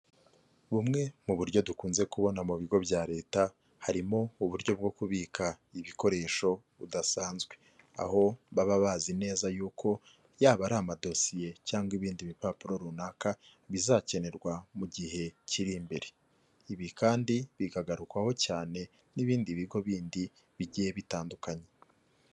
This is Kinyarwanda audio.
Bumwe mu buryo dukunze kubona mu bigo bya Leta, harimo uburyo bwo kubika ibikoresho budasanzwe, aho baba bazi neza y’uko byaba ari amadosiye cyangwa ibindi bipapuro runaka, bizakenerwa mu gihe kiri imbere, ibi kandi bikagarukwaho cyane n'ibindi bigo bindi bigiye bitandukanye.